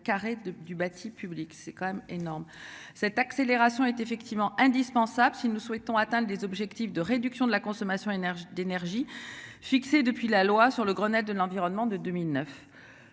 carrés de du bâti publique c'est quand même énorme. Cette accélération est effectivement indispensable, si nous souhaitons atteinte des objectifs de réduction de la consommation d'énergie d'énergie fixée depuis la loi sur le Grenelle de l'environnement de 2009.